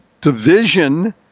division